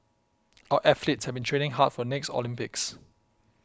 our athletes have been training hard for the next Olympics